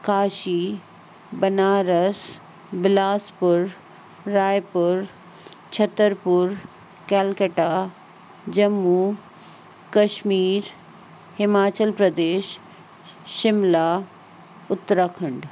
Kashi Banaras Bilaspur Raipur Chhatarpur Kolkata Jammu Kashmir Himachal Pradesh Shimla Uttarakhand